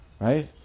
Right